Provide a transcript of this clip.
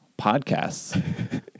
podcasts